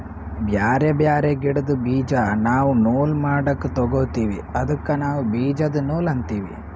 ಬ್ಯಾರೆ ಬ್ಯಾರೆ ಗಿಡ್ದ್ ಬೀಜಾ ನಾವ್ ನೂಲ್ ಮಾಡಕ್ ತೊಗೋತೀವಿ ಅದಕ್ಕ ನಾವ್ ಬೀಜದ ನೂಲ್ ಅಂತೀವಿ